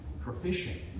proficient